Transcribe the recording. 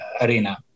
ARENA